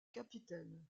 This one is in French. capitaine